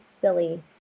silly